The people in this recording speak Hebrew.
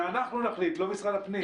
אנחנו נחליט ולא משרד הפנים.